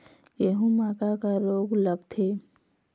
गेहूं म का का रोग लगथे?